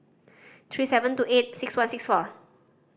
three seven two eight six one six four